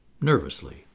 nervously